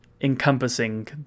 encompassing